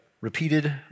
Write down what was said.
repeated